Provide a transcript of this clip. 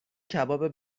کباب